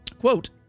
Quote